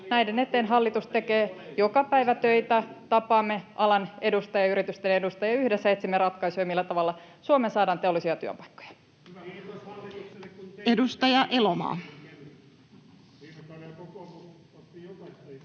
miljoonaa turvetuottajien koneisiin?] tapaamme alan edustajia, yritysten edustajia, ja yhdessä etsimme ratkaisuja, millä tavalla Suomeen saadaan teollisia työpaikkoja. Edustaja Elomaa.